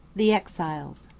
the exiles